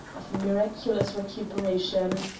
of miraculous recuperation.